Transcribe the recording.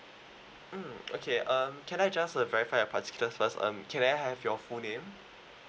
mm okay um can I just uh verify your can I have your full name